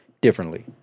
differently